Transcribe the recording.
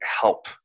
help